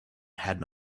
had